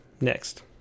next